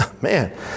man